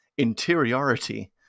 interiority